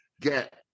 get